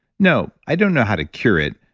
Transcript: no, i don't know how to cure it,